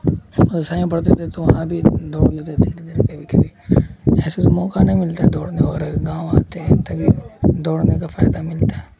پڑھتے تھے تو وہاں بھی دوڑ لیتے دھیرے دھیرے کبھی کبھی ایسے تو موقع نہیں ملتا دوڑنے اور گاؤں آتے ہیں تبھی دوڑنے کا فائدہ ملتا ہے